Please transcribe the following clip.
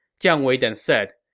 jiang wei then said,